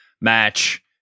match